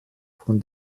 von